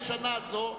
לשנה זו,